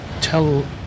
tell